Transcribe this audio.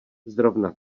zrovna